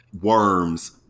worms